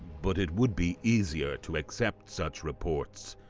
but it would be easier to accept such reports,